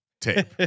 tape